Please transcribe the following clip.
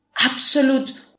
absolute